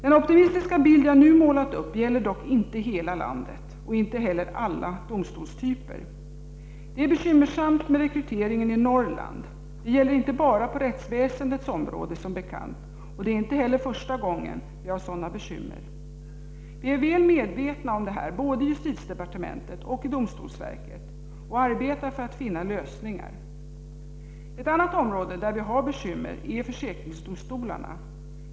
Den optimistiska bild jag nu målat upp gäller dock inte hela landet och inte heller alla domstolstyper. Det är bekymmersamt med rekryteringen i Norrland. Det gäller inte bara på rättsväsendets område, som bekant, och det är inte heller första gången vi har sådana bekymmer. Vi är väl medvetna om detta både i justitiedepartementet och i domstolsverket och arbetar för att finna lösningar. Ett annat område där vi har bekymmer är försäkringsdomstolarna.